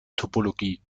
topologie